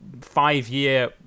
five-year